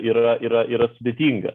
yra yra yra sudėtinga